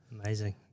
Amazing